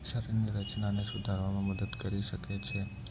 શરીરની રચનાને સુધારવામાં મદદ કરી શકે છે